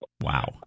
Wow